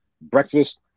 breakfast